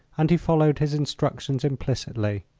and he followed his instructions implicitly,